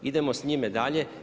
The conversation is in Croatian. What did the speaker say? Idemo s njime dalje.